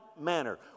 manner